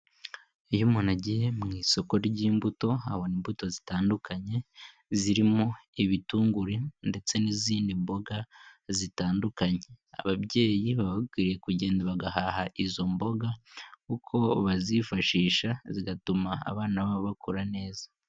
Iyo umuntu agiye mu isoko ry'imbuto abona imbuto zitandukanye, zirimo ibitunguru, ndetse n'izindi mboga zitandukanye. Ababyeyi baba bakwiriye kugenda bagahaha izo mboga, kuko bazifashisha zigatuma abana babo bakura neza.